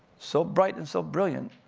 so bright and so brilliant,